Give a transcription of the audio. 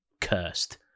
cursed